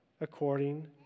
according